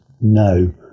No